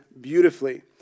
beautifully